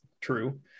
true